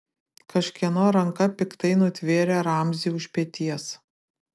kažkieno ranka piktai nutvėrė ramzį už peties